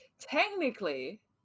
Technically